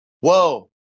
whoa